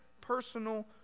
personal